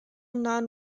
non